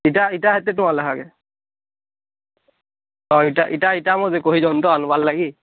ଏଇଟା ଏଇଟା ଏତେ ତ ଭଲ୍ଲାଗେ ହଁ ଏଇଟା ଏଇଟା ଏଇଟା ମୋତେ କହି ଦିଅନ୍ତୁ ଆନ୍ବାର୍ ଲାଗି